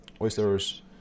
oysters